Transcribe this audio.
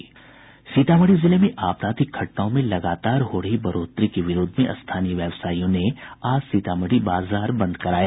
सीतामढ़ी जिले में आपराधिक घटनाओं में लगातार हो रही बढोतरी के विरोध में स्थानीय व्यावसायियों ने आज सीतामढ़ी बाजार बंद कराया